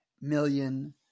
million